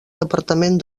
departament